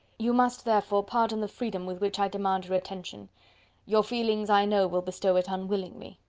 you must, therefore, pardon the freedom with which i demand your attention your feelings, i know, will bestow it unwillingly,